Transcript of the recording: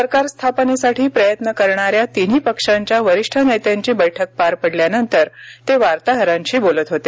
सरकार स्थापनेसाठी प्रयत्न करणाऱ्या तिन्ही पक्षांच्या वरिष्ठ नेत्यांची बैठक पार पडल्यानंतर ते वार्ताहरांशी बोलत होते